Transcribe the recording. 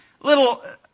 little